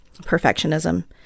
perfectionism